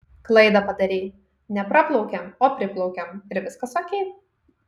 klaidą padarei ne praplaukiam o priplaukiam ir viskas okei